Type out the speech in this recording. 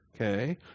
Okay